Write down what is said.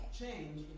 Change